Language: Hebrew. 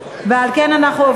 של קבוצת סיעת ש"ס לסעיף 29,